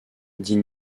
dit